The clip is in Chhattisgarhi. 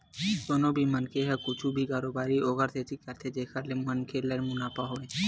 कोनो भी मनखे ह कुछु भी कारोबारी ओखरे सेती करथे जेखर ले मनखे ल मुनाफा होवय